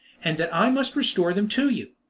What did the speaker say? and that i must restore them to you!